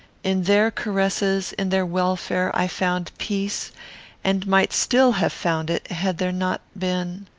in their caresses, in their welfare, i found peace and might still have found it, had there not been.